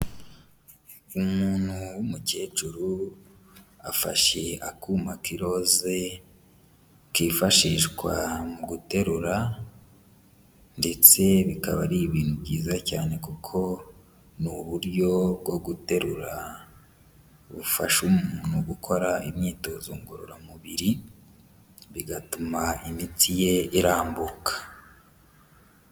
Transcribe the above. Umuntu w'umukecuru afashe akuma k'iroze kifashishwa mu guterura ndetse bikaba ari ibintu byiza cyane kuko ni uburyo bwo guterura bufasha umuntu gukora imyitozo ngororamubiri, bigatuma imitsi ye irambuka.